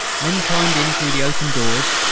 men climbed in through the open doors.